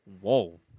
whoa